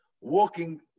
walking